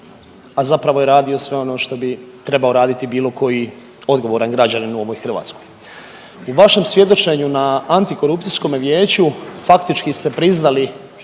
a zapravo je radio sve ono što bi trebao raditi bilo koji odgovoran građanin u ovoj Hrvatskoj. U vašem svjedočenju na antikorupcijskome vijeću faktički ste priznali,